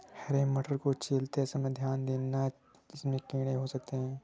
हरे मटरों को छीलते समय ध्यान देना, इनमें कीड़े हो सकते हैं